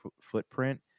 footprint